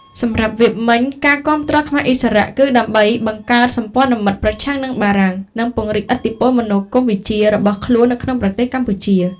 សម្រាប់វៀតមិញ ការគាំទ្រខ្មែរឥស្សរៈគឺដើម្បីបង្កើតសម្ព័ន្ធមិត្តប្រឆាំងនឹងបារាំង និងពង្រីកឥទ្ធិពលមនោគមវិជ្ជារបស់ខ្លួននៅក្នុងប្រទេសកម្ពុជា។